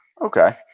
okay